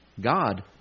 God